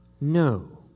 No